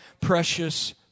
precious